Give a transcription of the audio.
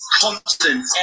Constant